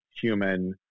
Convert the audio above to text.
human